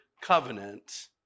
covenant